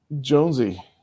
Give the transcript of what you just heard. Jonesy